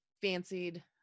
fancied